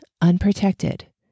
unprotected